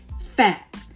fat